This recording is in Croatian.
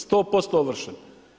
100% ovršen.